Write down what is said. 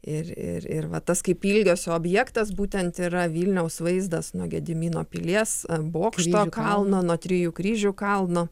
ir ir ir va tas kaip ilgesio objektas būtent yra vilniaus vaizdas nuo gedimino pilies bokšto kalno nuo trijų kryžių kalno